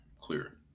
clear